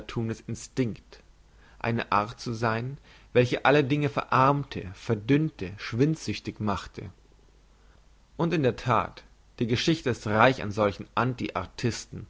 eine art zu sein welche alle dinge verarmte verdünnte schwindsüchtig machte und in der that die geschichte ist reich an solchen